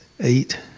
eight